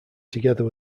together